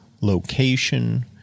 location